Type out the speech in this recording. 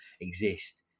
exist